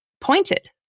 pointed